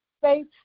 faith